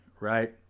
right